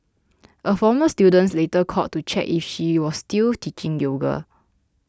a former student later called to check if she was still teaching yoga